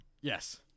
Yes